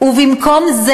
וכולנו עקבנו,